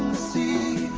see